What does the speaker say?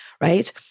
Right